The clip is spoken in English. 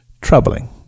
troubling